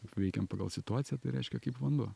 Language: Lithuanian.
veikiam pagal situaciją tai reiškia kaip vanduo